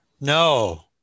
No